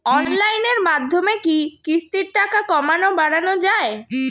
অনলাইনের মাধ্যমে কি কিস্তির টাকা কমানো বাড়ানো যায়?